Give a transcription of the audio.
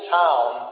town